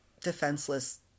defenseless